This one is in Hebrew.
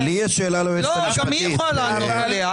גם היא יכולה לענות עליה.